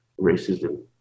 racism